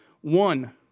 one